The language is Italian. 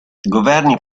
governi